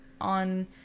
on